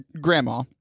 grandma